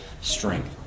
strength